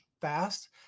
fast